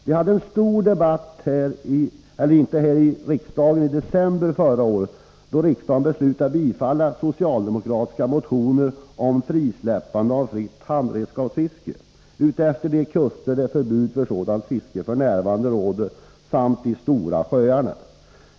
Vi hade en stor debatt i riksdagen i december förra året, då riksdagen beslutade bifalla socialdemokratiska motioner om frisläppande av fritt handredskapsfiske utefter de kuster där förbud för sådant fiske f. n. råder samt i de stora sjöarna.